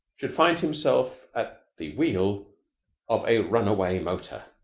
should find himself at the wheel of a runaway motor.